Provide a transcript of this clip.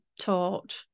taught